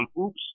Oops